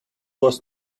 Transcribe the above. was